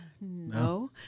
No